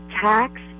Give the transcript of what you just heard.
tax